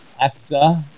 actor